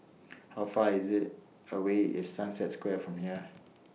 How Far IS IT away Sunset Square from here